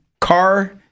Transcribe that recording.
car